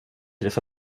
resa